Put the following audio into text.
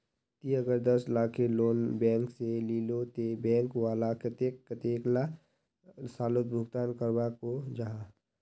ती अगर दस लाखेर लोन बैंक से लिलो ते बैंक वाला कतेक कतेला सालोत भुगतान करवा को जाहा?